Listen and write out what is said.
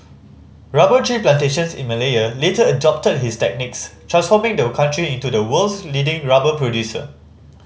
rubber tree plantations in Malaya later adopted his techniques transforming the country into the world's leading rubber producer